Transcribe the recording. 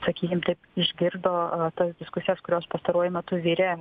sakykim taip išgirdo tas diskusijas kurios pastaruoju metu virė